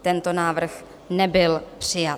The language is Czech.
Tento návrh nebyl přijat.